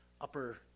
upper